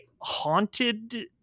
haunted